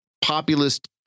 populist